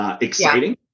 exciting